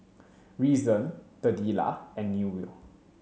Reason Delilah and Newell